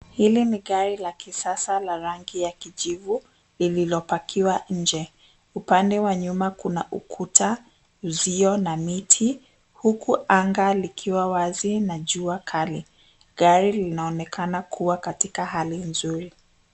Hili ni gari la kisasa la rangi ya kijivu lililopakiwa nje. Upande wa nyuma kuna ukuta, uzio na miti. Huku anga likiwa wazi na jua kali. Gara linaonekana likiwa katika hali nzuri.